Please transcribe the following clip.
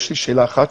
יש לי שאלה אחת.